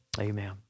amen